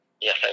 Yes